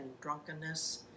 drunkenness